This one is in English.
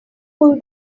pull